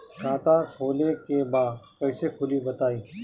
खाता खोले के बा कईसे खुली बताई?